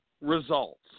results